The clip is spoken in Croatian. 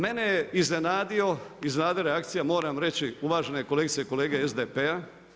Mene je iznenadila reakcija, moram reći uvažene kolegice i kolege SDP-a.